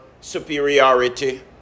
superiority